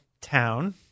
town